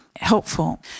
helpful